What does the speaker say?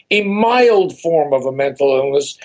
a mild form of a mental illness,